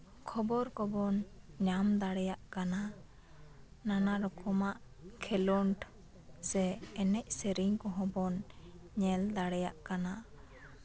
ᱠᱷᱚᱵᱚᱨ ᱠᱚᱵᱚᱱ ᱧᱟᱢ ᱫᱟᱲᱮᱭᱟᱜ ᱠᱟᱱᱟ ᱱᱟᱱᱟ ᱨᱚᱠᱚᱢᱟᱜ ᱠᱷᱮᱞᱳᱰ ᱥᱮ ᱮᱱᱮᱡ ᱥᱮᱨᱮᱧ ᱠᱚᱦᱚᱸ ᱵᱚᱱ ᱧᱮᱞ ᱫᱟᱲᱮᱭᱟᱜ ᱠᱟᱱᱟ